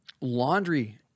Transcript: Laundry